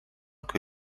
que